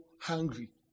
hungry